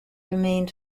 remained